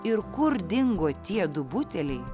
ir kur dingo tiedu buteliai